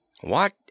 What